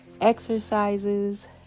exercises